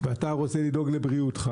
ואתה רוצה לדאוג לבריאותך